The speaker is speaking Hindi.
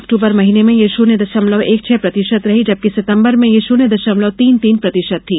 अक्टूबर महीने में यह शून्य दशमलव एक छह प्रतिशत रही जबकि सितम्बर में यह शून्य दशमलव तीन तीन प्रतिशत थी